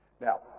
Now